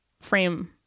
frame